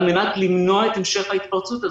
על מנת למנוע את המשך ההתפרצות הזאת.